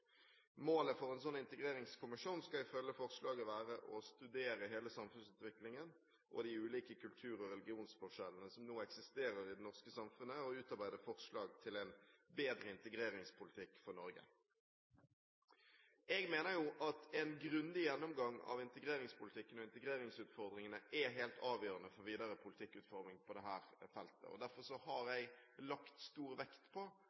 Målet for en sånn integreringskommisjon skal ifølge forslaget være å studere hele samfunnsutviklingen og de ulike kultur- og religionsforskjellene som nå eksisterer i det norske samfunnet, og utarbeide forslag til en bedre integreringspolitikk for Norge. Jeg mener jo at en grundig gjennomgang av integreringspolitikken og integreringsutfordringene er helt avgjørende for videre politikkutforming på dette feltet. Derfor har jeg lagt stor vekt på